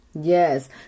Yes